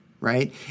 right